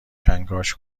کنکاش